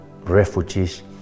refugees